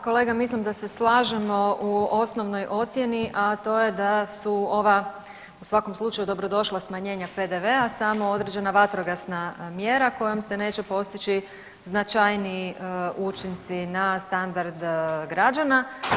Kolega mislim da se slažemo u osnovnoj ocjeni, a to je da su ova u svakom slučaju dobro došla smanjenja PDV-a samo određena vatrogasna mjera kojom se neće postići značajniji učinci na standard građana.